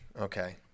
Okay